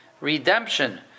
redemption